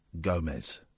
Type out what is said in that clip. Gomez